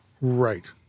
Right